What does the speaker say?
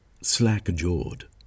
slack-jawed